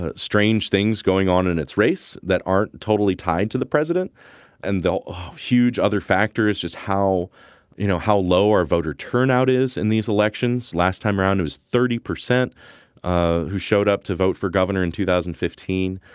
ah strange things going on in its race that aren't totally tied to the president and the huge other factor is just how you know how lower voter turnout is in these elections last time around it was thirty percent ah who showed up to vote for governor in two thousand and fifteen.